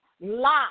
Lot